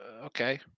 Okay